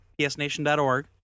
psnation.org